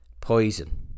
Poison